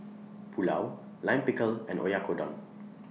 Pulao Lime Pickle and Oyakodon